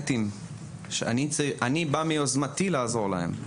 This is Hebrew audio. אני מיוזמתי בא לעזור לסטודנטים.